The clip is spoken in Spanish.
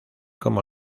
como